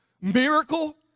Miracle